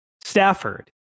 Stafford